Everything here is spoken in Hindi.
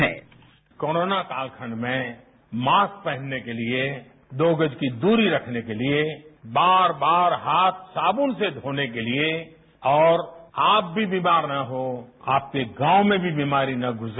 बाईट इस कोरोना कालखंड में मास्क पहनने के लिए दो गज की दूरी रखने के लिए बार बार हाथ साबुन से धोने के लिए और आप भी बीमार ना हो आपके गांव में भी बीमारी ना घुसे